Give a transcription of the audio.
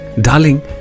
Darling